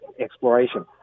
exploration